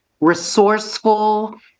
resourceful